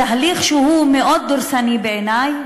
תהליך שהוא מאוד דורסני בעיני,